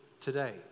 today